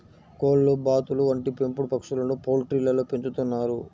కోళ్లు, బాతులు వంటి పెంపుడు పక్షులను పౌల్ట్రీలలో పెంచుతున్నారు